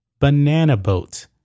BANANABOAT